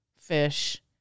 fish